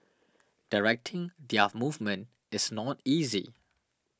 directing their movement is not easy